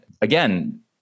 again